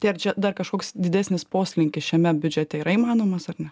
tai ar čia dar kažkoks didesnis poslinkis šiame biudžete yra įmanomas ar ne